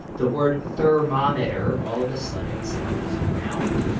the word thermometer all of a sudden sounds round?